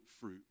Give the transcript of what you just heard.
fruit